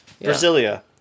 Brasilia